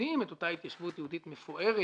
שמתעדים את אותה התיישבות יהודית מפוארת